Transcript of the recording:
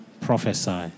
prophesy